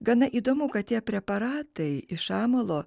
gana įdomu kad tie preparatai iš amalo